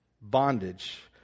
bondage